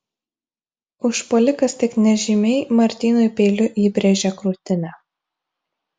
užpuolikas tik nežymiai martynui peiliu įbrėžė krūtinę